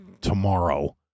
tomorrow